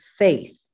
faith